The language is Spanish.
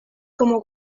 como